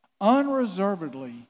unreservedly